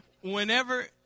whenever